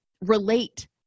relate